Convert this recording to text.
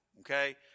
okay